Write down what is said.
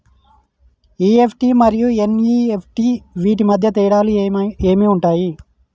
EFT మరియు NEFT వీటి మధ్య తేడాలు ఏమి ఉంటాయి?